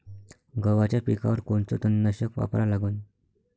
गव्हाच्या पिकावर कोनचं तननाशक वापरा लागन?